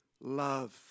love